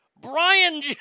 Brian